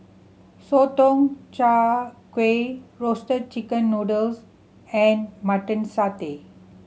Sotong Char Kway roasted chicken noodles and Mutton Satay